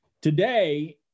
today